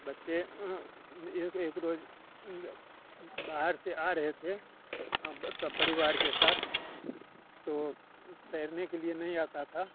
बच्चे एक एक रोज़ बाहर से आ रहे थे अब सब रिवार के साथ तो तैरने के लिए नहीं आता था